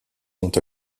sont